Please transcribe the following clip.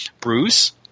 Bruce